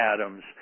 atoms